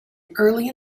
early